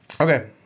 Okay